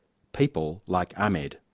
people like ahmed.